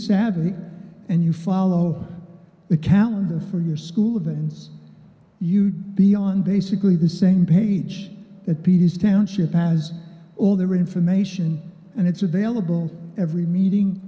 savvy and you follow the calendar for your school ovens you beyond basically the same page that pete is township has all their information and it's available every meeting